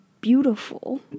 beautiful